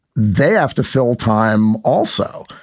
they have to fill time. also,